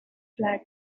flag